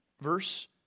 Verse